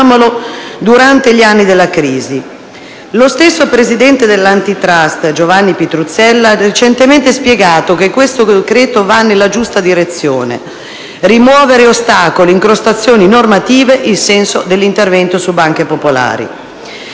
Lo stesso presidente dell'Antitrust, Giovanni Pitruzzella, ha recentemente spiegato che questo decreto-legge va nella giusta direzione. Rimuovere ostacoli ed incrostazioni normative è il senso dell'intervento sulle banche popolari.